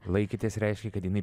laikėtės reiškia kad jinai